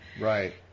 right